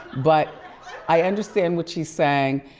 but i understand what she's saying,